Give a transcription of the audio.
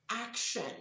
action